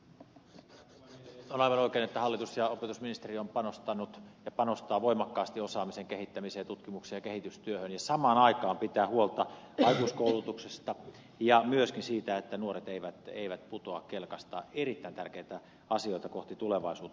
on aivan oikein että hallitus ja opetusministeri ovat panostaneet ja panostavat voimakkaasti osaamisen kehittämiseen tutkimukseen ja kehitystyöhön ja samaan aikaan pitävät huolta aikuiskoulutuksesta ja myöskin siitä että nuoret eivät putoa kelkasta erittäin tärkeitä asioita kohti tulevaisuutta